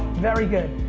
very good.